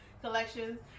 collections